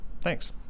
Thanks